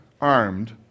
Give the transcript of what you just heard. armed